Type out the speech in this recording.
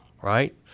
Right